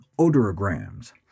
odorograms